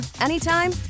anytime